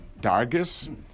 dargis